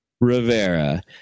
Rivera